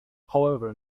however